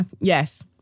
Yes